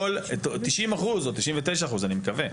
90% או 99% אני מקווה,